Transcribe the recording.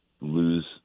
lose